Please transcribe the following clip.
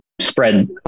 spread